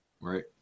Right